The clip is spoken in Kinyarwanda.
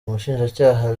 umushinjacyaha